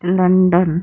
London